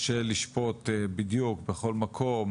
קשה לשפוט בדיוק בכל מקום,